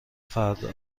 فردا